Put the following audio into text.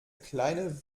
kleine